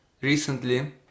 recently